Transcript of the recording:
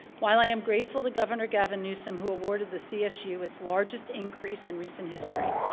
while i am grateful to governor gavin newsom, who awarded the csu its largest increase in recent history,